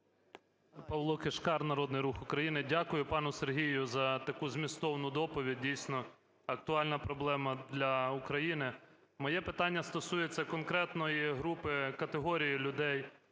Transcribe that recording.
Павло Кишкар, "Народний рух України". Дякую пану Сергію за таку змістовну доповідь. Дійсно актуальна проблема для України. Моє питання стосується конкретної групи, категорії людей,